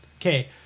okay